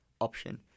option